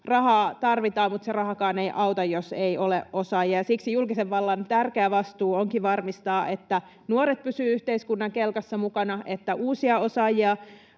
Rahaa tarvitaan, mutta se rahakaan ei auta, jos ei ole osaajia, ja siksi julkisen vallan tärkeä vastuu onkin varmistaa, että nuoret pysyvät yhteiskunnan kelkassa mukana, että uusia osaajia